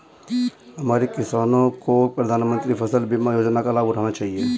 हमारे किसानों को प्रधानमंत्री फसल बीमा योजना का लाभ उठाना चाहिए